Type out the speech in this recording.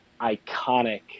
iconic